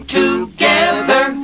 together